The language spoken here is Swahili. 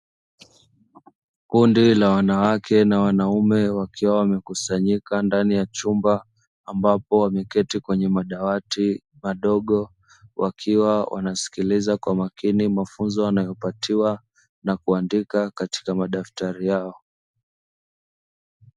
Kundi la wanawake na wanaume wakiwa wamekusanyika ndani ya chumba ambapo wameketi kwenye madawati madogo, wakiwa wanasikiliza kwa makini mafunzo wanayopatiwa na kuandika katika madaftari yao.